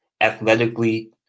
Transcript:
athletically